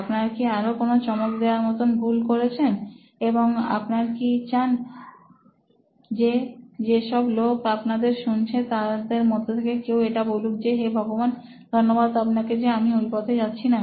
আপনারা কি আরও কোনো চমকে দেওয়ার মতন ভুল করেছেন এবং আপনার কি চান যে যেসব লোক আপনাদের শুনছেন তাদের মধ্যে থেকে কেউ এটা বলুক যে হে ভগবান ধন্যবাদ আপনাকে যে আমি ওই পথে যাচ্ছি না